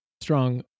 strong